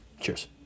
Cheers